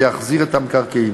ויחזיר את המקרקעין,